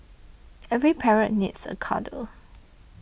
every parrot needs a cuddle